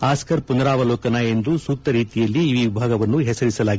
Oscar ಪುನರಾವಲೋಕನ ಎಂದು ಸೂಕ್ತ ರೀತಿಯಲ್ಲಿ ಈ ವಿಭಾಗವನ್ನು ಹೆಸರಿಸಲಾಗಿದೆ